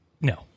no